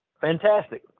fantastic